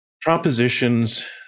propositions